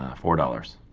four dollars,